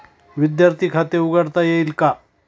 विद्यार्थी खाते उघडता येईल का?